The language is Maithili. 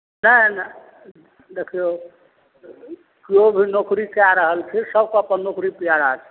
नहि नहि देखियौ किओ भी नौकरी कए रहल छै सभकेँ अपन नौकरी प्यारा छै